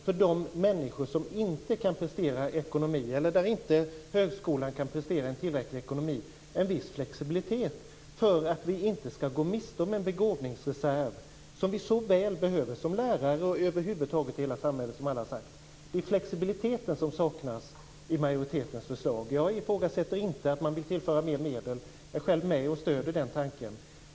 För de människor som inte kan prestera ekonomi, eller där inte högskolan kan prestera en tillräcklig ekonomi, behövs en viss flexibilitet. Den behövs för att vi inte skall gå miste om en begåvningsreserv vi så väl behöver, både som lärare och över huvud taget i hela samhället. Det är flexibiliteten som saknas i majoritetens förslag. Jag ifrågasätter inte att man vill tillföra mer medel. Jag är själv med och stöder den tanken.